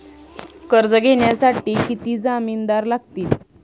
कर्ज घेण्यासाठी किती जामिनदार लागतील?